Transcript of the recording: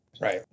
Right